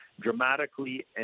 dramatically